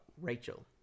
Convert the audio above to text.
Rachel